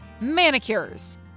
manicures